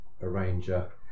arranger